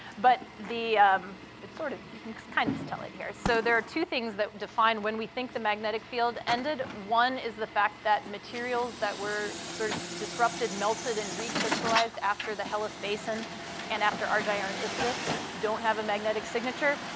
but the it's sort of you can kind of tell it here. so there are two things that define when we think the magnetic field ended. one is the fact that materials that were sort of disrupted, melted, and recrystallized after the hellas basin and after argyre and isidis don't have a magnetic signature,